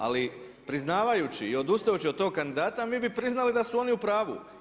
Ali priznavajući i odustajući od tog kandidata, mi bi priznali da su oni u pravu.